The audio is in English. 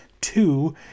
two